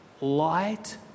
Light